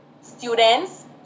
Students